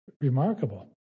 remarkable